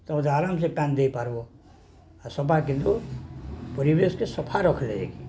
ତୁମେ ତ ଆରାମସେ ପାଣି ଦେଇପାର୍ବ ଆଉ ସଫା କିନ୍ତୁ ପରିବେଶକେ ସଫା ରଖିଦେଇକି